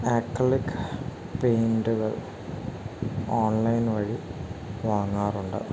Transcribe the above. acrylic പെയിൻ്റുകൾ online വഴി വാങ്ങാറുണ്ട്